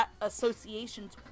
associations